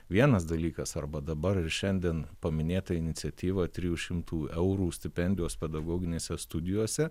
vienas dalykas arba dabar ir šiandien paminėta iniciatyva trijų šimtų eurų stipendijos pedagoginėse studijose